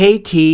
KT